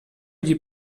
gli